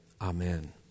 Amen